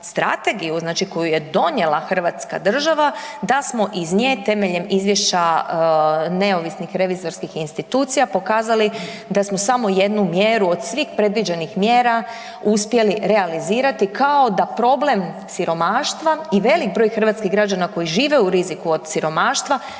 koju je donijela hrvatska država, da smo iz nje temeljem izvješća neovisnih revizorskih institucija, pokazali da smo samo jednu mjeru od svih predviđenih mjera uspjeli realizirati kao da problem siromaštva i veliki broj hrvatskih građana koji žive u riziku od siromaštva